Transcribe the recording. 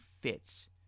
fits